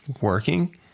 working